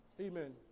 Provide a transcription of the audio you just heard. amen